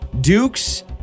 Duke's